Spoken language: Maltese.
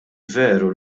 veru